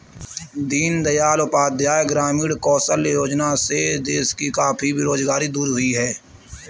दीन दयाल उपाध्याय ग्रामीण कौशल्य योजना से देश में काफी बेरोजगारी दूर हुई है